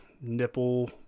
nipple